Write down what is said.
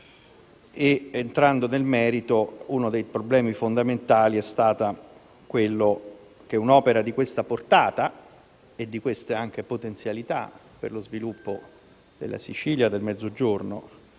Entrando nel merito, uno dei problemi fondamentali è derivato dal fatto che un'opera di questa portata e anche di queste potenzialità per lo sviluppo della Sicilia e del Mezzogiorno